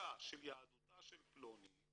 הבדיקה של יהדותה של פלונית,